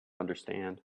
understand